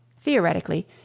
Theoretically